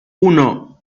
uno